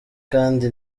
kandi